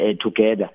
together